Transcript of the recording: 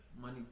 Money